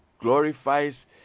glorifies